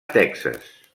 texas